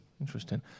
Interesting